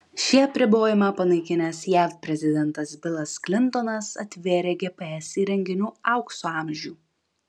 šį apribojimą panaikinęs jav prezidentas bilas klintonas atvėrė gps įrenginių aukso amžių